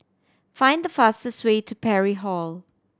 find the fastest way to Parry Hall